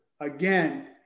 Again